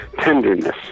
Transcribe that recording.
Tenderness